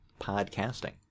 podcasting